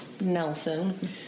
Nelson